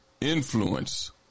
influence